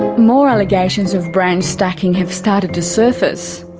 more allegations of branch stacking have started to surface.